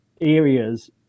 areas